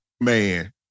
man